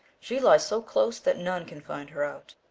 she lies so close that none can find her out.